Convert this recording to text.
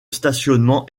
stationnement